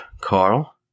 Carl